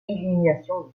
élimination